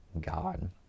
God